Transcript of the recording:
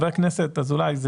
חבר הכנסת אזולאי,